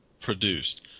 produced